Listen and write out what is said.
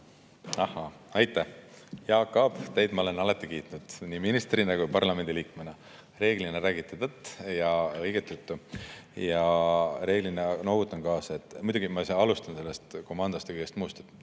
Ahhaa! Aitäh! Jaak Aab, teid ma olen alati kiitnud nii ministrina kui parlamendiliikmena. Reeglina räägite tõtt ja õiget juttu ja reeglina noogutan kaasa. Muidugi ma alustan sellest komandost ja kõigest muust.